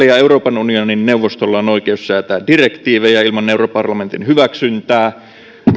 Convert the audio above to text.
ja euroopan unionin neuvostolla on oikeus säätää direktiivejä ilman europarlamentin hyväksyntää